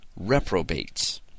reprobates